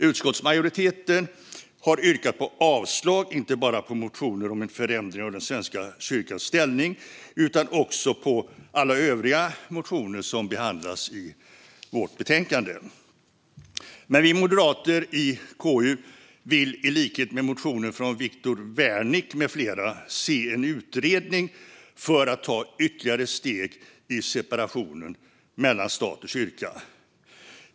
Utskottsmajoriteten har yrkat på avslag inte bara på motioner om en förändring av Svenska kyrkans ställning utan också på alla övriga motioner som behandlas i vårt betänkande. Men vi moderater i KU vill i likhet med vad som anförs i motionen från Viktor Wärnick med flera se en utredning för att riksdagen ska kunna ta ytterligare steg i separationen mellan stat och kyrka.